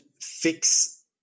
fix